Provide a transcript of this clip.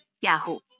Yahoo